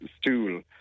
stool